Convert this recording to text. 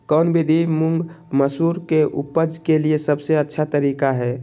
कौन विधि मुंग, मसूर के उपज के लिए सबसे अच्छा तरीका है?